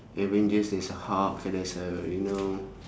avengers there's a hulk there's a you know